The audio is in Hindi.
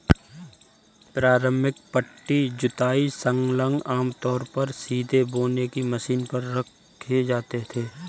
प्रारंभिक पट्टी जुताई संलग्नक आमतौर पर सीधे बोने की मशीन पर रखे जाते थे